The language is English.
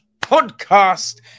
podcast